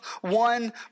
one